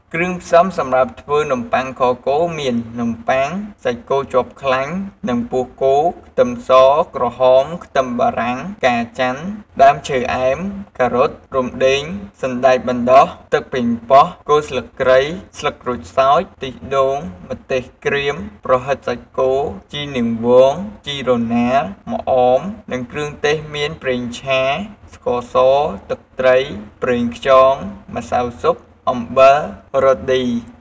គ្រឿងផ្សំសម្រាប់ធ្វើនំបុ័ងខគោមាន នំប័ុង សាច់គោជាប់ខ្លាញ់និងពោះគោ ខ្ទឹមស ក្រហម ខ្ទឹមបារាំង ផ្កាចាន់ ដើមឈើអែម ការ៉ុត រំដេង សណ្ដែកបណ្ដុះ ទឹកប៉េងប៉ោះ គល់ស្លឹកគ្រៃ ស្លឹកក្រូចសើច ខ្ទិះដូង ម្ទេសក្រៀម ប្រហិតសាច់គោ ជីនាងវង ជីរណា ម្អម និងគ្រឿងទេសមាន ប្រេងឆា ស្ករស ទឹកត្រី ប្រងខ្យង ម្សៅស៊ុប អំបិល រ៉តឌី ។